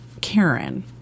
Karen